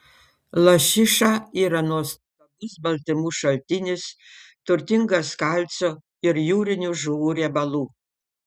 lašiša yra nuostabus baltymų šaltinis turtingas kalcio ir jūrinių žuvų riebalų